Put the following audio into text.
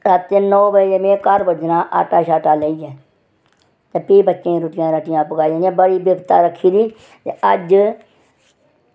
ते शामीं नौ बजे पुज्जना शामीं आटा लेइयै ते प्ही बच्चें गी रुट्टियां पकाई देनियां ते बड़ी बिपता दिक्खी दी अज्ज